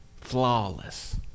flawless